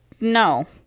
no